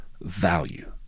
value